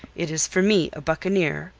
it is for me, a buccaneer,